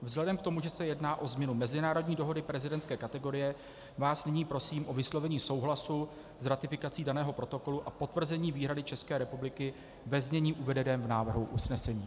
Vzhledem k tomu, že se jedná o změnu mezinárodní dohody prezidentské kategorie, vás nyní prosím o vyslovení souhlasu s ratifikací daného protokolu a potvrzení výhrady České republiky ve znění uvedeném v návrhu usnesení.